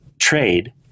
trade